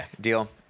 deal